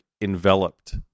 enveloped